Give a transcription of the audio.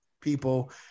People